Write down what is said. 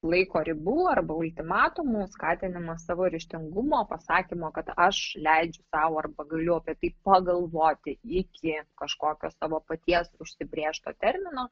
laiko ribų arba ultimatumų skatinimas savo ryžtingumo pasakymo kad aš leidžiu sau ar pagaliau apie tai pagalvoti iki kažkokio savo paties užsibrėžto termino